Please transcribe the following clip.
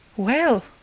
Well